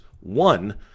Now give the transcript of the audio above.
One